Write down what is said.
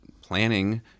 planning